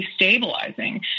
destabilizing